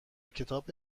کتاب